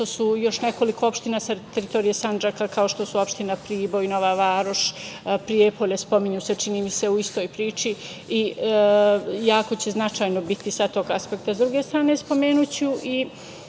su još nekoliko opština sa teritorije Sandžaka, kao što su opštine Priboj, Nova Varoš, Prijepolje, spominju se, čini mi se, u istoj priči i jako će značajno biti sa tog apsekta. Sa druge strane, spomenuću i